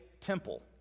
temple